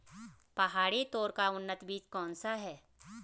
पहाड़ी तोर का उन्नत बीज कौन सा है?